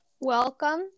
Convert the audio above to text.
Welcome